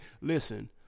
listen